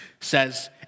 says